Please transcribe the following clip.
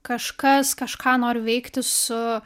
kažkas kažką noriu veikti su